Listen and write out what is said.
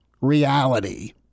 reality